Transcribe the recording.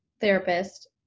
therapist